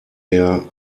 der